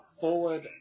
forward